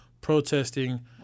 protesting